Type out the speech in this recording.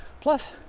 plus